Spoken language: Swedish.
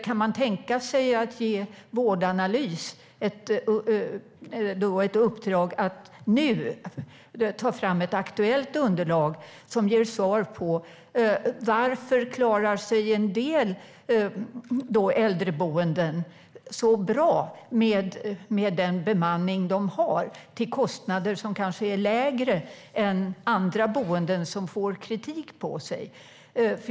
Kan man tänka sig att ge Vårdanalys ett uppdrag att ta fram ett aktuellt underlag som ger svar på varför en del äldreboenden klarar sig bra med den bemanning de har till kostnader som är lägre än för andra boenden som får kritik?